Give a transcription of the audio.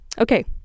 Okay